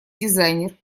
дизайнер